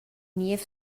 niev